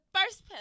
first